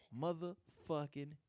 Motherfucking